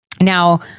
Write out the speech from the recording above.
Now